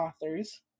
authors